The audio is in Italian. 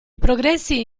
progressi